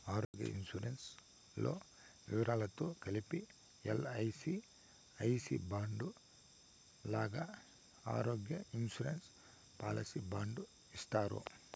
ఆరోగ్య ఇన్సూరెన్సు లో వివరాలతో కలిపి ఎల్.ఐ.సి ఐ సి బాండు లాగా ఆరోగ్య ఇన్సూరెన్సు పాలసీ బాండు ఇస్తారా?